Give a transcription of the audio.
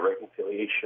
reconciliation